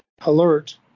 alert